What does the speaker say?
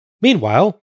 Meanwhile